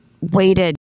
waited